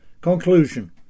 Conclusion